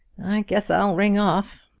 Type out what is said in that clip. guess i'll ring off!